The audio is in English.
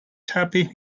tapping